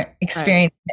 experience